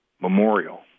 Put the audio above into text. Memorial